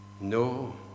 No